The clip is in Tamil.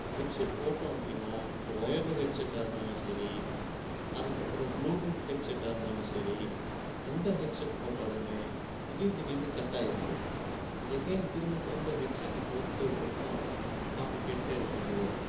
இப்போ ஹெட்செட் போட்டோம் அப்படின்னா இப்போ ஒயர்டு ஹெட்செட்டாக இருந்தாலுமே சரி அதற்கப்பறம் ப்ளூட்டூத் ஹெட்செட்டாக இருந்தாலும் சரி எந்த ஹெட்செட் போட்டாலுமே திடீர் திடீர்னு கட்டாயிருது எகைன் திரும்ப திரும்ப ஹெட்செட்டை போட்டுகிட்டு ஒர்க் ப பாட்டு கேட்டுகிட்டே இருக்க வேண்டியதாக இருக்கு